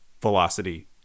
velocity